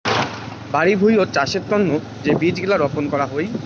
বাড়ি ভুঁইয়ত চাষের তন্ন যে বীজ গিলা রপন করাং হউ